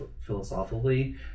philosophically